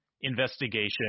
investigation